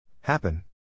Happen